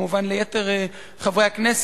וכמובן ליתר חברי הכנסת,